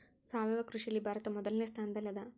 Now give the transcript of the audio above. ಸಾವಯವ ಕೃಷಿಯಲ್ಲಿ ಭಾರತ ಮೊದಲನೇ ಸ್ಥಾನದಲ್ಲಿ ಅದ